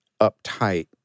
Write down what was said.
uptight